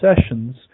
sessions